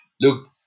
Look